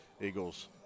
Eagles